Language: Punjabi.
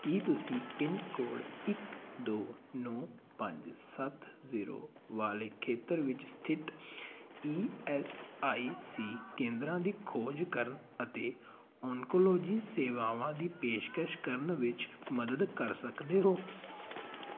ਕੀ ਤੁਸੀਂ ਪਿੰਨ ਕੋਡ ਇਕ ਦੋ ਨੌ ਪੰਜ ਸੱਤ ਜ਼ੀਰੋ ਵਾਲੇ ਖੇਤਰ ਵਿੱਚ ਸਥਿਤ ਈ ਐੱਸ ਆਈ ਸੀ ਕੇਂਦਰਾਂ ਦੀ ਖੋਜ ਕਰਨ ਅਤੇ ਓਨਕੋਲੋਜੀ ਸੇਵਾਵਾਂ ਦੀ ਪੇਸ਼ਕਸ਼ ਕਰਨ ਵਿੱਚ ਮਦਦ ਕਰ ਸਕਦੇ ਹੋ